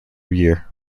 year